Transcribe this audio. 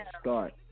Start